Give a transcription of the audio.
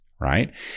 right